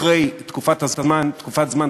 אחרי תקופת הזמן,